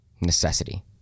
necessity